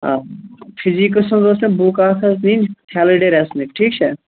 physics منٛز ٲسۍ مےٚ بُک اَکھ حظ نِنۍ فیلہٕ ڈے رَسمِک ٹھیٖک چھا